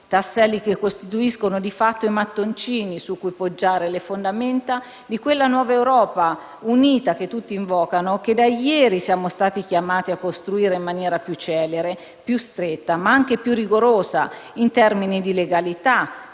tasselli che costituiscono di fatto i mattoni su cui poggiare le fondamenta di quella nuova Europa unita che tutti invocano e che da ieri siamo stati chiamati a costruire in maniera più celere, più stretta, ma anche più rigorosa in termini di legalità;